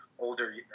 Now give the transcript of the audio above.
older